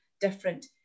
different